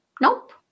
Nope